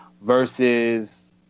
versus